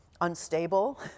unstable